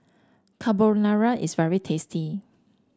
carbonara is very tasty